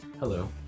Hello